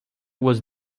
was